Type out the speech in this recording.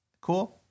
cool